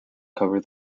cover